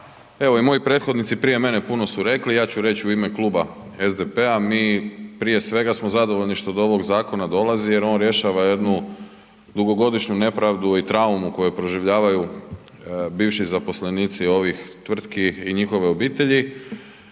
evo i moji prethodnici prije mene puno su rekli, ja ću reć u ime Kluba SDP-a, mi prije svega smo zadovoljni što do ovog zakona dolazi jer on rješava jednu dugogodišnju nepravdu i traumu koju proživljavaju bivši zaposlenici ovih tvrtki i njihove obitelji